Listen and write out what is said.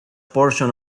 portion